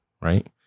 Right